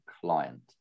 client